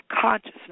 consciousness